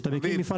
כשאתה מקים מפעל,